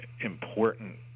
important